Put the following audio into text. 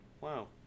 Wow